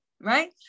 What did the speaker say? right